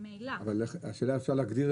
ממילא חלים.